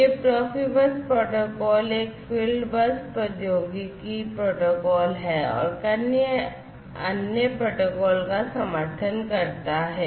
यह Profibus protocol एक field bus प्रौद्योगिकी प्रोटोकॉल है और कई अन्य प्रोटोकॉल का समर्थन करता है